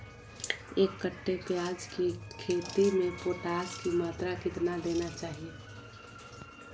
एक कट्टे प्याज की खेती में पोटास की मात्रा कितना देना चाहिए?